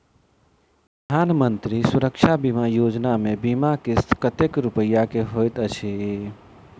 प्रधानमंत्री सुरक्षा बीमा योजना मे बीमा किस्त कतेक रूपया केँ होइत अछि?